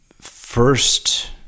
first